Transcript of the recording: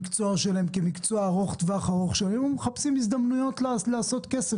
שבאיזשהו מקום הוא קצת מחוץ לקופסה,